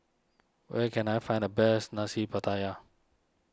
where can I find the best Nasi Pattaya